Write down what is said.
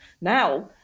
Now